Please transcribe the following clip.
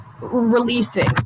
releasing